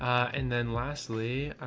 and then lastly,